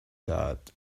that